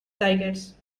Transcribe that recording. tigers